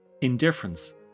Indifference